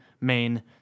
main